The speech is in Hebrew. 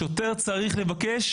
שוטר צריך לבקש,